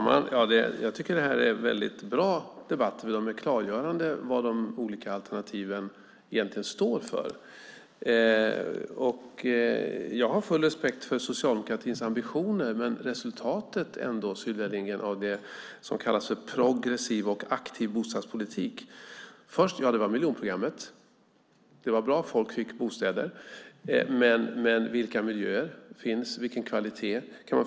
Herr talman! Jag tycker att detta är väldigt bra debatter eftersom de klargör vad de olika alternativen egentligen står för. Jag har full respekt för Socialdemokraternas ambitioner. Men resultatet, Sylvia Lindgren, av det som kallas för progressiv och aktiv bostadspolitik var först miljonprogrammet. Det var bra att människor fick bostäder, men vilka miljöer blev det och vilken kvalitet?